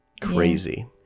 crazy